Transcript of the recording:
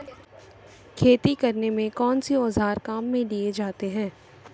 खेती करने में कौनसे औज़ार काम में लिए जाते हैं?